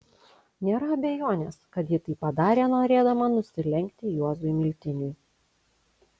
nėra abejonės kad ji tai padarė norėdama nusilenkti juozui miltiniui